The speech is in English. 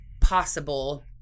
possible